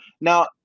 Now